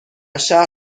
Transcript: شهر